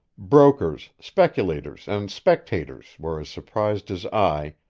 brokers, speculators and spectators were as surprised as i,